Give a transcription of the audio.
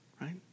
right